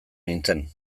nintzen